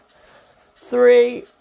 three